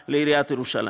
הצבעה לעיריית ירושלים.